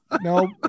No